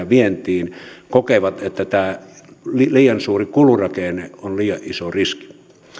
vientiin kokevat että tämä liian suuri kulurakenne on liian iso riski